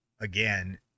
Again